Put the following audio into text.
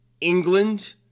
England